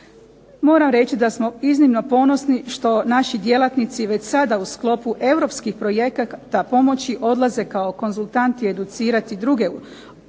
Moram reći da smo iznimno ponosni što naši djelatnici već sada u sklopu europskih projekta pomoći odlaze kao konzultanti educirati druge države